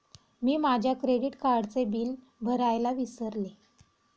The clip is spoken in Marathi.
मी माझ्या क्रेडिट कार्डचे बिल भरायला विसरले